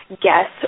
guess